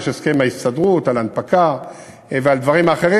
יש הסכם עם ההסתדרות על הנפקה ועל דברים אחרים.